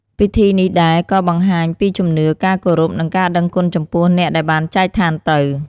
ពិធីនេះដែរក៏បានបង្ហាញពីជំនឿ ការគោរព និងការដឹងគុណចំពោះអ្នកដែលបានចែកឋានទៅ។